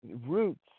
roots